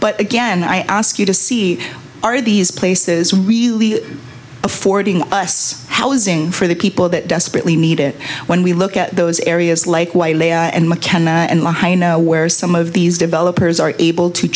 but again i ask you to see are these places really affording us housing for the people that desperately need it when we look at those areas like wild and mckenna and la i know where some of these developers are able to